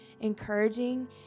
encouraging